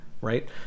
right